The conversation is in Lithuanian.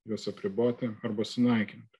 juos apriboti arba sunaikint